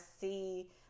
see